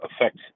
affect